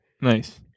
Nice